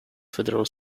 federal